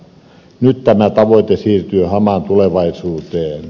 nyt tämä tavoite siirtyy hamaan tulevaisuuteen